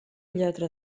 lletra